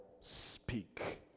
speak